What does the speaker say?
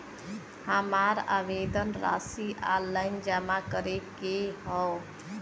हमार आवेदन राशि ऑनलाइन जमा करे के हौ?